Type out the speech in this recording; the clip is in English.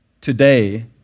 today